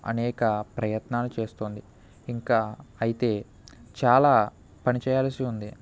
అనేక ప్రయత్నాలు చేస్తుంది ఇంకా అయితే చాలా పని చేయాల్సి ఉంది